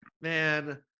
man